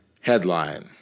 headline